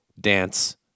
dance